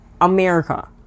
America